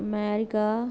America